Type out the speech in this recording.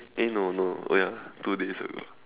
eh no no oh ya two days ago